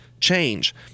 change